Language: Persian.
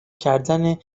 کردن